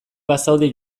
bazaude